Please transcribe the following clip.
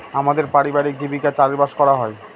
আমাদের পারিবারিক জীবিকা চাষবাস করা হয়